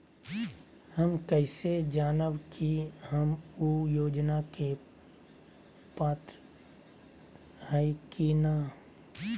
हम कैसे जानब की हम ऊ योजना के पात्र हई की न?